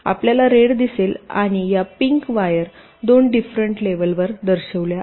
आपल्याला रेड दिसेल आणि या पिंक वायर दोन डिफरेंट लेवलवर दर्शविल्या आहेत